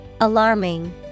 alarming